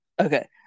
Okay